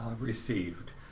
received